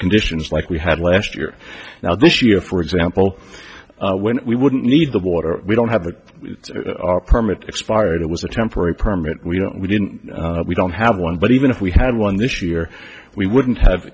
conditions like we had last year now this year for example when we wouldn't need the water we don't have a permit expired it was a temporary permit we don't we didn't we don't have one but even if we had one this year we wouldn't have